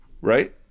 Right